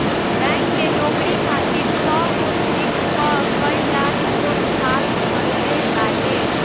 bank के नोकरी खातिर सौगो सिट पअ कई लाख लोग फार्म भरले बाटे